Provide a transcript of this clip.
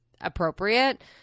appropriate